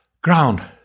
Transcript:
Ground